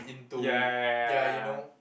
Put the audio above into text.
ya ya ya